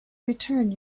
return